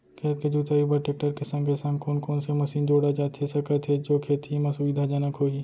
खेत के जुताई बर टेकटर के संगे संग कोन कोन से मशीन जोड़ा जाथे सकत हे जो खेती म सुविधाजनक होही?